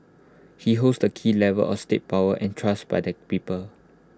he holds the key levers of state power entrusted by the people